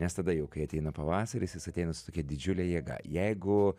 nes tada jau kai ateina pavasaris jis ateina su tokia didžiule jėga jeigu